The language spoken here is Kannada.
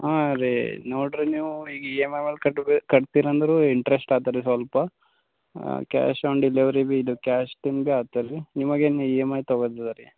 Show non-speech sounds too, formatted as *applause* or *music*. ಹಾಂ ರೀ ನೋಡಿರಿ ನೀವು ಇ ಎಮ್ ಐ ಮ್ಯಾಲೆ ಕಟ್ಟುಬೇ ಕಟ್ತೀರಿ ಅಂದರೂ ಇಂಟ್ರೆಸ್ಟ್ ಆತರೀ ಸ್ವಲ್ಪ ಕ್ಯಾಶ್ ಆನ್ ಡೆಲಿವರಿ ಭೀ ಇದು ಕ್ಯಾಶ್ *unintelligible* ಆತಲ್ರಿ ನಿಮಗೇನು ಇ ಎಮ್ ಐ ತಗೋದದ ರೀ